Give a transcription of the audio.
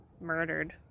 murdered